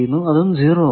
അതും 0 ആണ്